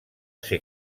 ser